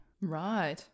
Right